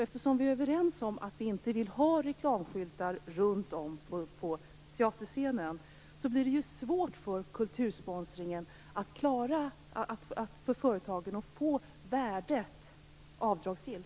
Eftersom vi är överens om att vi inte vill ha reklamskyltar runt om på teaterscenen, blir det ju svårt för företagen att få värdet av kultursponsringen avdragsgill.